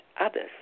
others